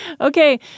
Okay